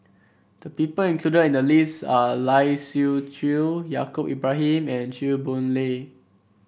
the people included in the list are Lai Siu Chiu Yaacob Ibrahim and Chew Boon Lay